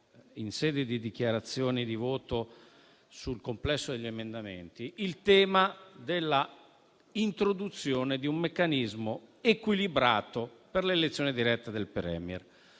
in sede di dichiarazione di voto sul complesso degli emendamenti, il tema della introduzione di un meccanismo equilibrato per l'elezione diretta del *Premier*